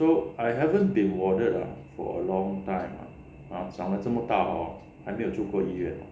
so I haven't been warded ah for a long time ah ha 长了这么大 hor 还没有住过医院